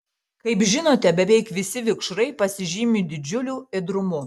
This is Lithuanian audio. kaip žinote beveik visi vikšrai pasižymi didžiuliu ėdrumu